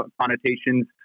connotations